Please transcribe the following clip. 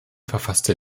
verfasste